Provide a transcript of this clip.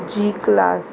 G class